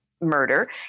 murder